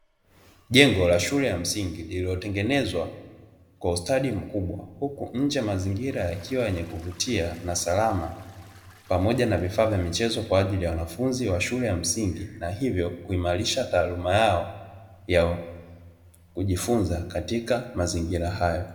Jengo la shule ya msingi lililotengenezwa kwa ustadi mkubwa, huku nje mazingira yakiwa yenye kuvutia na salama, pamoja na vifaa vya michezo kwa ajili ya wanafunzi wa shule ya msingi; na hivyo kuimarisha taaluma yao ya kujifunza katika mazingira hayo.